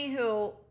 anywho